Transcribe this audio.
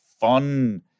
fun